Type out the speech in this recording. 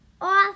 off